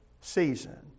season